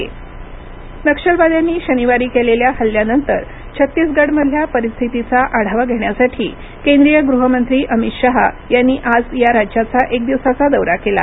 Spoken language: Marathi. छत्तीसगड अमित शहा नक्षलवाद्यांनी शनिवारी केलेल्या हल्ल्यानंतर छत्तीसगडमधल्या परिस्थितीचा आढावा घेण्यासाठी केंद्रीय गृहमंत्री अमित शहा यांनी आज या राज्याचा एक दिवसाच्या दौरा केला